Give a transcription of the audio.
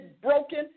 broken